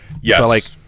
yes